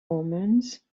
omens